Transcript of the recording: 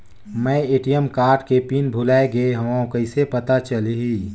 मैं ATM card के pin भुलाए गे हववं कइसे पता चलही?